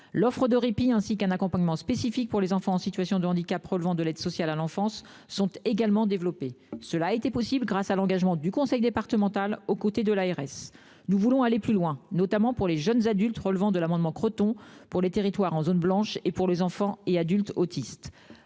L'offre de répit ainsi qu'un accompagnement spécifique pour les enfants en situation de handicap relevant de l'aide sociale à l'enfance sont également développés. Cela a été possible grâce à l'engagement du conseil départemental aux côtés de l'ARS. Nous voulons aller plus loin, notamment pour les jeunes adultes relevant de l'amendement Creton, pour les territoires en zone blanche et pour les enfants et adultes autistes.